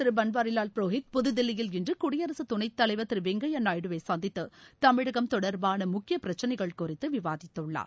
திருபன்வாரிலால் புரோஹித் புதுதில்லியில் இன்றுகுடியரசுத் துணைத் தலைவர் ஆளுநர் திருவெங்கய்யாநாயுடுவை சந்தித்து தமிழகம் தொடர்பானமுக்கியபிரச்சினைகள் குறித்துவிவாதித்துள்ளார்